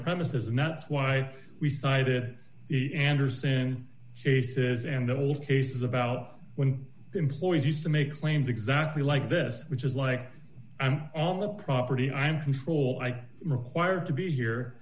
premises and that's why we cited the anderson cases and old cases about when employees used to make claims exactly like this which is like i'm on the property i'm control i required to be here